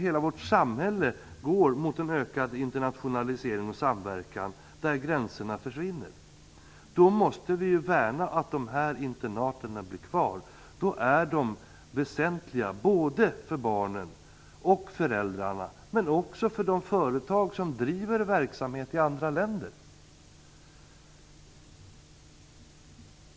Hela vårt samhälle går mot ökad internationalisering och samverkan där gränserna försvinner. Då måste vi värna dessa internat så att de blir kvar. De är väsentliga, både för barnen och för föräldrarna, men också för de företag som driver verksamhet i andra länder.